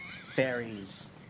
Fairies